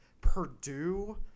Purdue